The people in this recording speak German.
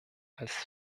als